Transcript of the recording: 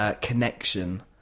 connection